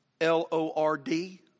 L-O-R-D